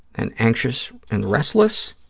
and anxious and restless,